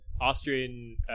Austrian